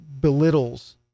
belittles